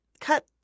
cut